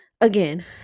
again